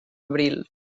abril